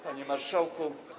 Panie Marszałku!